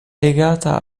legata